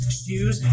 shoes